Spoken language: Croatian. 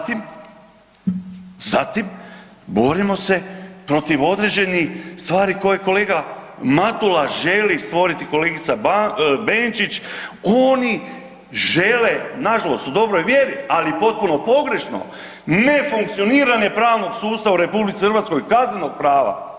Zatim, zatim borimo se protiv određenih stvari koje kolega Matula želi stvoriti i kolegica Benčić, oni žele, nažalost u dobroj vjeri, ali potpuno pogrešno, nefunkcioniranje pravnog sustava u RH kaznenog prava.